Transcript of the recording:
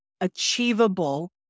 achievable